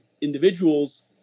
individuals